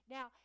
Now